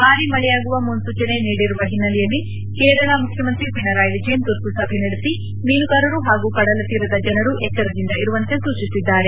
ಭಾರಿ ಮಳೆಯಾಗುವ ಮುನ್ಸೂಚನೆ ನೀಡಿರುವ ಹಿನ್ನೆಲೆಯಲ್ಲಿ ಕೇರಳ ಮುಖ್ಯಮಂತ್ರಿ ಪಿಣರಾಯಿ ವಿಜಯನ್ ತುರ್ತು ಸಭೆ ನಡೆಸಿ ಮೀನುಗಾರರು ಹಾಗೂ ಕಡಲತೀರದ ಜನರು ಎಚ್ಚರದಿಂದ ಇರುವಂತೆ ಸೂಚಿಸಿದ್ದಾರೆ